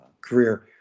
career